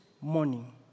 morning